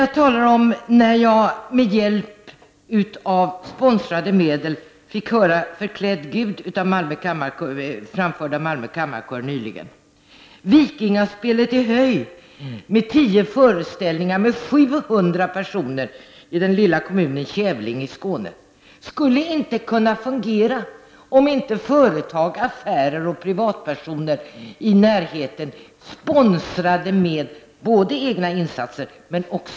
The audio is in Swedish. Jag talade om när jag med hjälp av sponsrade medel fick höra Förklädd Gud, framförd av Malmö kammarkör nyligen. Vikingaspelet med 10 föreställningar med 700 personer i den lilla kommunen Kävlinge i Skåne skulle inte kunna fungera om inte företag, affärer och privatpersoner i närheten sponsrade med både egna insatser och pengar.